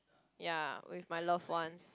ya with my loved ones